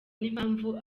n’impamvu